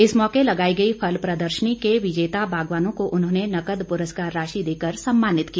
इस मौके लगाई गई फल प्रदर्शनी के विजेता बागवानों को उन्होंने नकद पुरस्कार राशि देकर सम्मानित किया